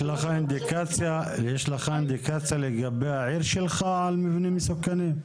יש לך אינדיקציה לגבי העיר שלך על מבנים מסוכנים?